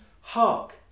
hark